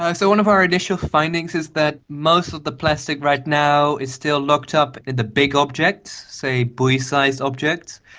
so one of our initial findings is that most of the plastic right now is still locked up in the big objects, say buoy sized objects.